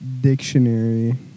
Dictionary